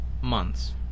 months